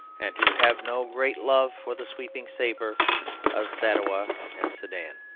and who have no great love for the sweeping sabre of sadowa and sedan.